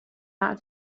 not